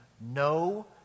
no